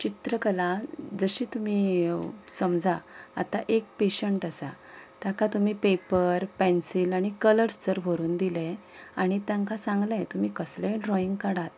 चित्रकला जशी तुमी समजा आतां एक पेशंट आसा ताका तुमी पेपर पेन्सील आनी कलर जर व्हरून दिले आनी तांकां सांगलें तुमी कसलेय ड्रॉयींग काडात